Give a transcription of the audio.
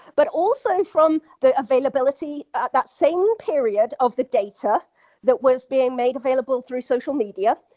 but also from the availability at that same period of the data that was being made available through social media,